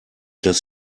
dass